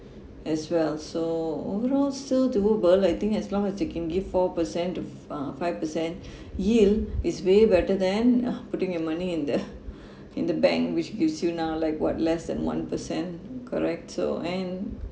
as well so overall still doable I think as long as they can give four percent to uh five percent yield is way better than uh putting your money in the in the bank which gives you now like what less than one percent correct so and